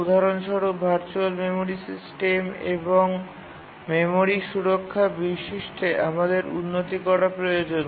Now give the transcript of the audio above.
উদাহরণস্বরূপ virtual memory সিস্টেমে এবং মেমরি সুরক্ষা বৈশিষ্ট্যে আমাদের উন্নতি করার প্রয়োজন